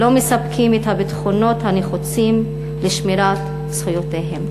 שלא מספקים את הביטחונות הנחוצים לשמירת זכויותיהם.